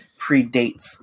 predates